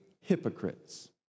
hypocrites